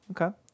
okay